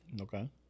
Okay